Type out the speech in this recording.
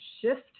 shift